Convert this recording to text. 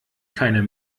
keiner